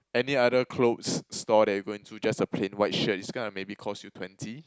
any other clothes store that you go in to just a plain white shirt is going to maybe cost you twenty